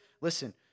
listen